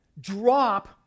drop